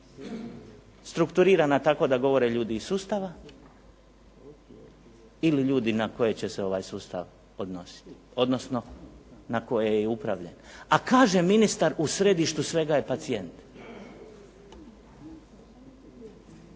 strukturirana tako da govore ljudi iz sustava ili ljudi na koje će se ovaj sustav odnositi, odnosno na koje je upravljen? A kaže ministar u središtu svega je pacijent.